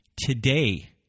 today